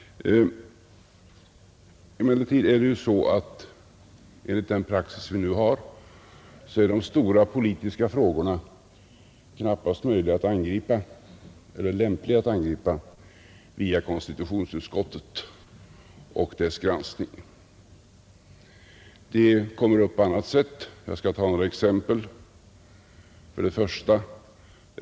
Enligt den praxis vi nu har är emellertid de stora politiska frågorna knappast lämpliga att angripa via konstitutionsutskottet och dess granskning. De kommer upp på annat sätt. Jag skall ta några exempel.